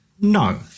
no